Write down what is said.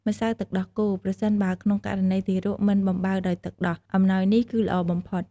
ម្សៅទឹកដោះគោ ប្រសិនបើក្នុងករណីទារកមិនបំបៅដោយទឹកដោះ អំណោយនេះគឺល្អបំផុត។